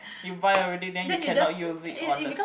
you buy already then you cannot use it on the